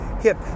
hip